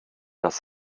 das